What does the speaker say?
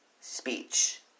speech